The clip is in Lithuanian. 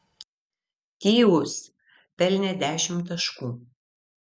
tyus pelnė dešimt taškų